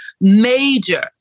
major